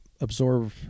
absorb